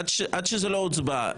עד שזה לא הוצבע,